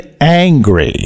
angry